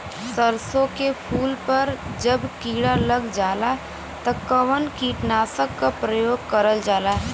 सरसो के फूल पर जब किड़ा लग जाला त कवन कीटनाशक क प्रयोग करल जाला?